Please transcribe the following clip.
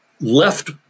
left